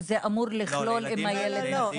וזה לכלול אם הילד נכה?